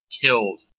killed